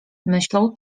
myślą